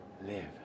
live